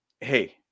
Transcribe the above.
hey